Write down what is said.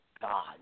God